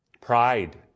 pride